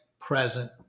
present